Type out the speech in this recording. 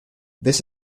this